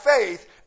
faith